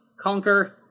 conquer